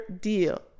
deal